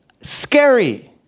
Scary